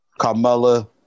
Carmella